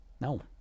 no